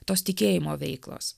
tos tikėjimo veiklos